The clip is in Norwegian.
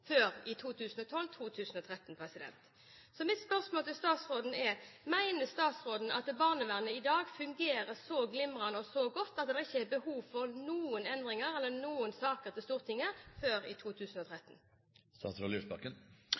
Så mitt spørsmål til statsråden er: Mener statsråden at barnevernet i dag fungerer så glimrende og så godt at det ikke er behov for noen endringer eller noen saker til Stortinget før i 2013?